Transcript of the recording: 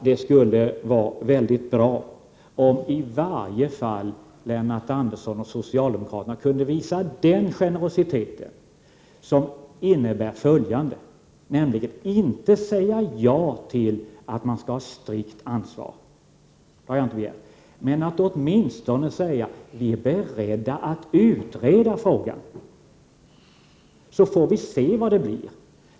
Det skulle vara mycket bra om Lennart Andersson och socialdemokraternai varje fall kunde visa den generositeten, inte att de säger ja till att det skall vara ett strikt ansvar — det har jag inte begärt — men att de åtminstone säger att de är beredda att utreda frågan och att man sedan får se vad det blir.